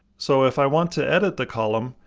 so if i want to edit the column,